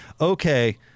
okay